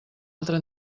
altra